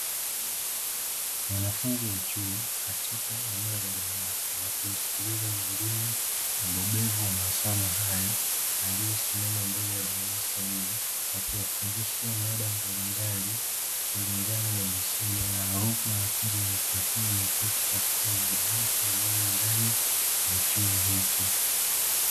Wanafunzi wa chuo katika eneo la darasa wakimsikiliza mwalimu mbobevu wa masomo hayo, aliyesimama mbele ya darasa hilo akiwafundisha mada mbalimbali kulingana na masomo yao, huku wanafunzi wakiwa wameketi katika madawati maalumu ndani ya chuo hicho.